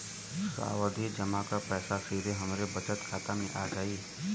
सावधि जमा क पैसा सीधे हमरे बचत खाता मे आ जाई?